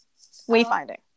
wayfinding